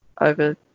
over